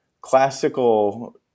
classical